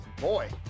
Boy